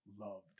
loved